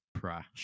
crash